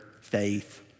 faith